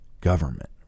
government